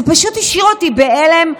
זה פשוט השאיר אותי בהלם,